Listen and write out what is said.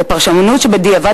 בפרשנות שבדיעבד.